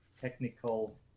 technical